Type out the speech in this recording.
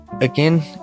again